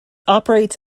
operates